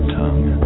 tongue